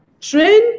train